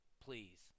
please